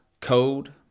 Code